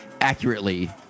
accurately